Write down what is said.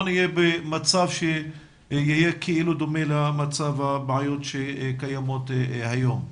נהיה במצב שיהיה דומה למצב הבעיות שקיימות כיום.